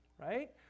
right